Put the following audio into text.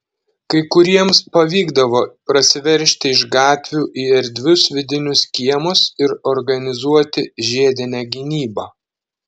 kai kuriems pavykdavo prasiveržti iš gatvių į erdvius vidinius kiemus ir organizuoti žiedinę gynybą